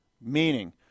meaning